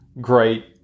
great